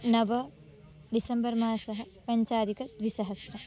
नव डिसेम्बर् मासः पञ्चाधिकद्विसहस्रम्